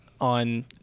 on